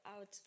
out